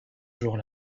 jour